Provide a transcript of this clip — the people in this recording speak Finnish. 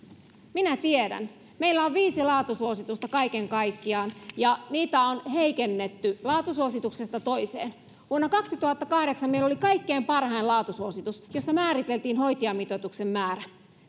minä tiedän meillä on viisi laatusuositusta kaiken kaikkiaan ja niitä on heikennetty laatusuosituksesta toiseen vuonna kaksituhattakahdeksan meillä oli kaikkein parhain laatusuositus jossa määriteltiin hoitajamitoituksen määrä